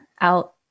out